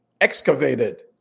excavated